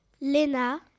Lena